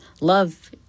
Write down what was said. love